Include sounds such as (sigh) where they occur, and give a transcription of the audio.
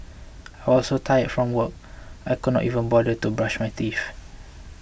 (noise) I was so tired from work (noise) I could not even bother to brush my teeth